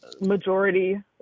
majority